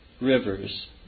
rivers